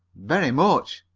very much.